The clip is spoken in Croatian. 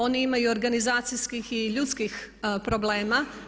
Oni imaju organizacijskih i ljudskih problema.